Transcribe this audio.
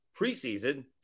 preseason